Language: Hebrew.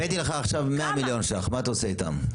הבאתי לך עכשיו 100 מיליון ש"ח, מה אתה עושה איתם?